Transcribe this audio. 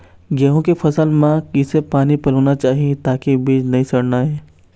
गेहूं के फसल म किसे पानी पलोना चाही ताकि बीज नई सड़ना ये?